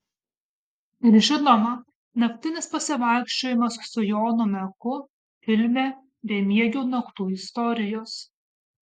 ir žinoma naktinis pasivaikščiojimas su jonu meku filme bemiegių naktų istorijos